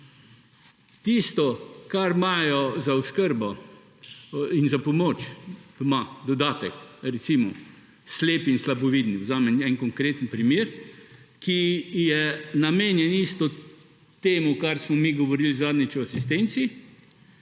Tisto, kar imajo za oskrbo in za pomoč doma dodatek, recimo slepi, slabovidni, vzamem en konkreten primer, ki je namenjen isto temu, o čemer smo mi govorili zadnjič o asistenci,